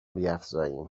بیفزاییم